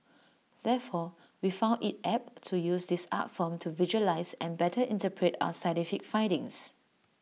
therefore we found IT apt to use this art form to visualise and better interpret our scientific findings